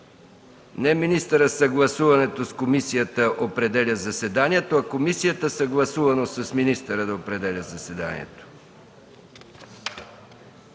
Не „министърът съгласувано с комисията определя заседанието”, а „комисията съгласувано с министъра определя заседанието”.